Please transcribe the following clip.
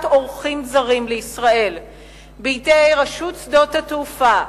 אורחים זרים לישראל בידי רשות שדות התעופה,